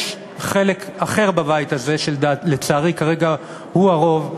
יש חלק אחר בבית הזה, שלצערי כרגע הוא הרוב,